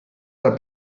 del